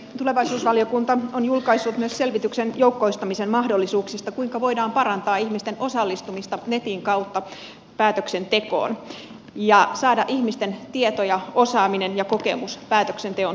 tulevaisuusvaliokunta on julkaissut myös selvityksen joukkoistamisen mahdollisuuksista eli kuinka voidaan parantaa ihmisten osallistumista netin kautta päätöksentekoon ja saada ihmisten tieto ja osaaminen ja kokemus päätöksenteon tueksi